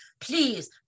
please